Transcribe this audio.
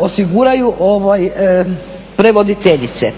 osiguraju prevoditeljice.